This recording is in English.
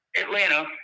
Atlanta